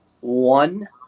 One